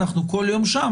אנחנו כל יום שם,